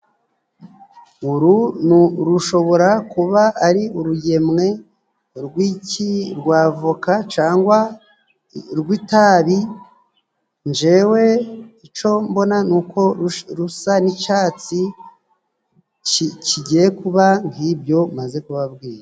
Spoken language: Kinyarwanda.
Uru rushobora kuba ari urugemwe rw'iki ? Rw'avoka cangwa rw'itabi, njewe ico mbona, ni uko rusa n'icatsi kigiye kuba nk'ibyo maze kubabwira.